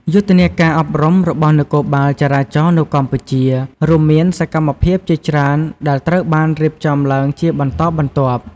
យុទ្ធនាការអប់រំរបស់នគរបាលចរាចរណ៍នៅកម្ពុជា រួមមានសកម្មភាពជាច្រើនដែលត្រូវបានរៀបចំឡើងជាបន្តបន្ទាប់។